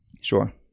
sure